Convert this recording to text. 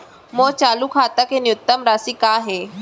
मोर चालू खाता के न्यूनतम राशि का हे?